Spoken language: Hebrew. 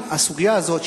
אם הסוגיה הזאת,